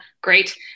great